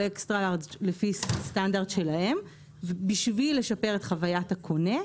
XL לפי סטנדרט שלהן בשביל לשפר את חוויית הקונה,